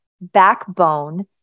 backbone